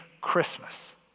Christmas